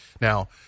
Now